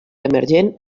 emergent